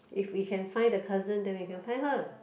if we can find the cousin then we can find her